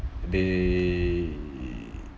they